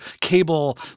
cable